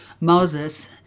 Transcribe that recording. Moses